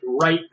right